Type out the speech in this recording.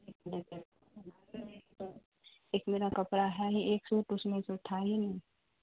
ایک میرا کپڑا ہے ہی ایک سوٹ اس میں سوٹ تھا ہی نہیں